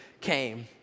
came